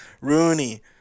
rooney